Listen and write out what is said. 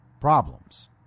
problems